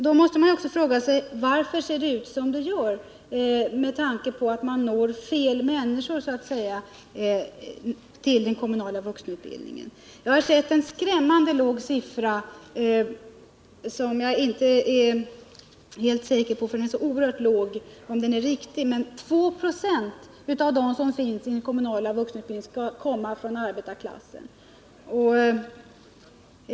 Då måste man också fråga sig varför det ser ut som det gör, med tanke på att man når fel människor till den kommunala vuxenutbildningen. Jag har sett en uppgift på en skrämmande låg siffra, som jag dock inte är helt säker på om den är riktig eftersom den är så låg. Enligt den är det bara 2 96 av dem som finns iden kommunala vuxenutbildningen som kommer från arbetarklassen.